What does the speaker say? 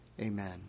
Amen